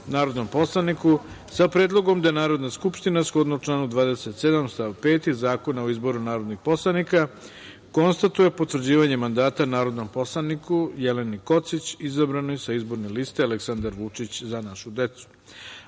narodnom poslaniku sa predlogom da Narodna skupština shodno članu 27. stav 5. Zakona o izboru narodnih poslanika konstatuje potvrđivanje mandata narodnom poslaniku, Jeleni Kocić izabrane sa Izborne liste „Aleksandar Vučić – Za našu decu“.Na